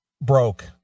broke